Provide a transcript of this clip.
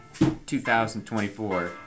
2024